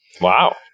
Wow